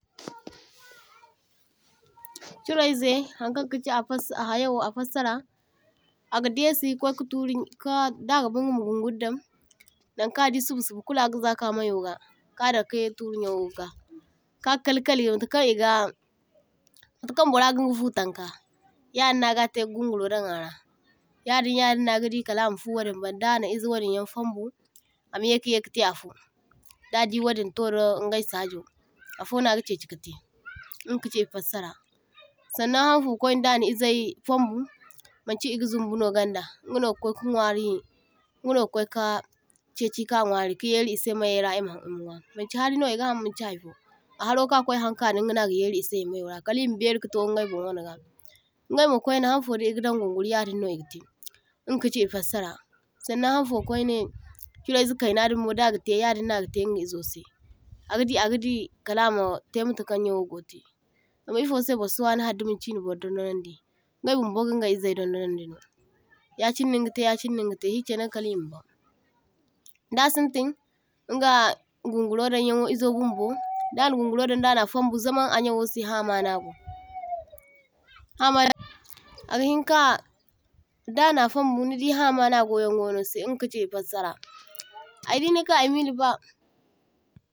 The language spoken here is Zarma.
toh-toh Churayzai Hankaŋ kachi a hayo a fassara, a ga daysi kwaika turi ka da dagaba ama gun guri daŋ, nan kan a di subu subu kulu agaza ka mayo ga ka dakai turi nyawo ga, ka kalikali matakaŋ e ga matakan burra ga inga foo tanka yadin no agatai ka gunguro dan ara, yadin yadin no a gadi kadday a na foo wadiŋ ban dana e zai wadin yan fambu a mayai kate afo, dadi wadin toro ingay sajo afono a ga chaichi katai inga kachi e fassara. Sannaŋ hanfo kwainai dana ezai din fambu, manchi e ga zunbuno ganda, ingano ga kwaika nwari ingano ga kwaika chaichi ka nwari ka yairi e sai mayayra e ma nwa, man chi harino ega haŋ manchi haykulu haro kan a kwai ka haŋ ingano aga yairi e sai mayayra kali ema bairi kato ingaymo wana gabi, ingaymo hanfo diga dan gunguri yadiŋno e gatai inga kachi e fassara. Sannaŋ hanfo kwaine churayzai kayna din mo dagatai yadinno agatai inga e zo sai, aga di aga di kalama tai’matakaŋ nyawo go’tai, zama e fosai bur suwana adimo dimanchi e’na bur dondonandi, ingaymo e go ga ingai e zai dundonandino yachineno niga tai yachineno niga tai shikainaŋ kali ema ban. Dasintiŋ inga guŋguro daŋ yawo, e zo bunbo dana guŋguro dan dana fambu, zaman a nya wo sai hama nago, hama agahinka dana fambu nidi hamana gwayo ingawano sai nidi inga kachi e fassara, aydi nika ay milaba.